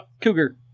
cougar